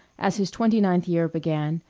as his twenty-ninth year began,